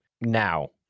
now